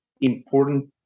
important